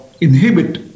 inhibit